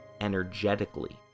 energetically